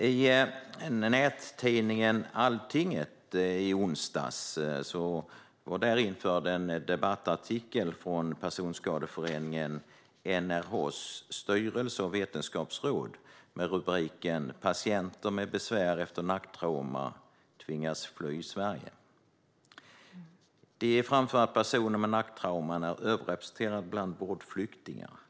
I nättidningen Alltinget i onsdags var en debattartikel införd från Personskadeföreningen NRH:s styrelse och vetenskapsråd med rubriken Patienter med besvär efter nacktrauma tvingas fly Sverige. Personer med nacktrauman är överrepresenterade bland vårdflyktingar.